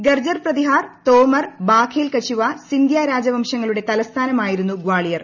ഗർജർ പ്രതിഹാർ തോമർ ബാഘേൽ കച്ചുവ സ്കിന്ദ്യ രാജവംശങ്ങളുടെ തലസ്ഥാനമായിരുന്നു ഗ്വാളിയർ